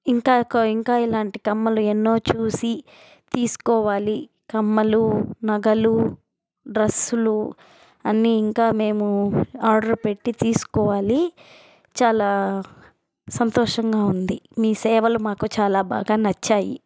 ఇంకా క ఇంకా ఇలాంటి కమ్మలు ఎన్నో చూసి తీసుకోవాలి కమ్మలు నగలు డ్రస్సులు అన్నీ ఇంకా మేము ఆర్డర్ పెట్టి తీసుకోవాలి చాలా సంతోషంగా ఉంది మీ సేవలు మాకు చాలా బాగా నచ్చాయి